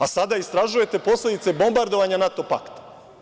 A sada istražujete posledice bombardovanja NATO pakta.